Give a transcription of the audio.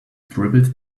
dribbled